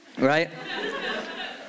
Right